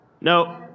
No